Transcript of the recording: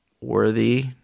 worthy